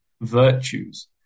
virtues